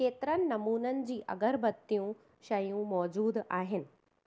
केतिरनि नमूननि जूं अगरबत्तियूं शयूं मौज़ूदु आहिनि